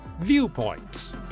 Viewpoints